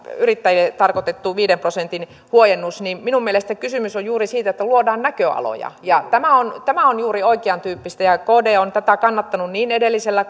yrittäjille tarkoitettu viiden prosentin huojennus niin minun mielestäni kysymys on juuri siitä että luodaan näköaloja tämä on tämä on juuri oikeantyyppistä ja kd on tätä kannattanut niin edellisellä